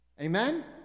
Amen